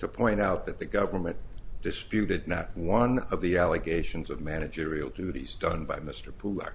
to point out that the government disputed not one of the allegations of managerial duties done by mr pullar there